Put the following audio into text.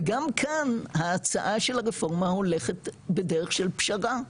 וגם כאן ההצעה של הרפורמה הולכת בדרך של פשרה.